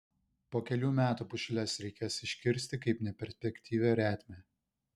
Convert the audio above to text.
po kelių metų pušeles reikės iškirsti kaip neperspektyvią retmę